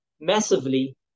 massively